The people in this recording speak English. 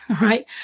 right